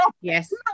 Yes